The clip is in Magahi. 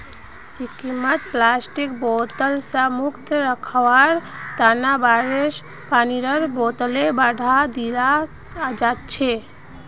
सिक्किमत प्लास्टिकेर बोतल स मुक्त रखवार तना बांसेर पानीर बोतलेर बढ़ावा दियाल जाछेक